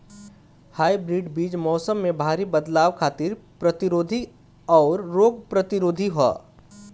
hybrid बीज मौसम में भारी बदलाव खातिर प्रतिरोधी आउर रोग प्रतिरोधी ह